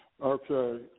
Okay